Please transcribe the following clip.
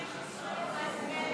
115 עד,